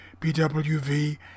BWV